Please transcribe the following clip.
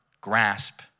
grasp